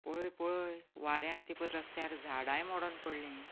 पळय पळय वाऱ्यांत तीं पळय रस्त्यार झाडांय मोडून पडलीं